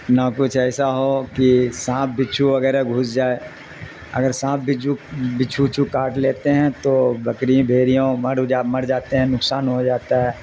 نہ کچھ ایسا ہو کہ سانپ بچھو وغیرہ گھس جائے اگر سانپ بچھو بچھو اچھو کاٹ لیتے ہیں تو بکری بھیریوں مرا مر جاتے ہیں نقصان ہو جاتا ہے